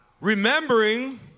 remembering